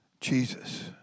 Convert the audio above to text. Jesus